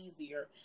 easier